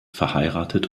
verheiratet